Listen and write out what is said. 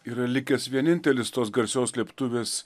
yra likęs vienintelis tos garsios slėptuvės